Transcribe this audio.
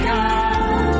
God